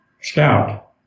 scout